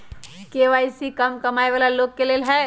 KYC का कम कमाये वाला लोग के लेल है?